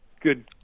good